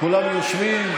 כולם יושבים?